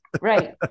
right